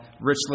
richly